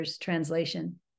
translation